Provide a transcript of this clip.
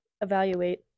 evaluate